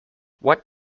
what